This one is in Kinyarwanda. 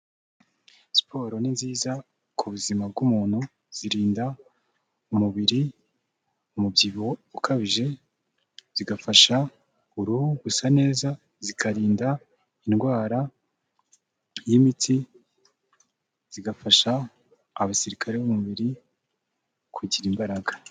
Siporo ni nziza ku buzima bw'umuntu, zirinda umubiri umubyibuho ukabije, zigafasha uruhu gusa neza, zikarinda indwara y'imitsi, zigafasha abasirikari b'umubiri kugira imbaraga.